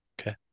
Okay